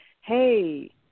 hey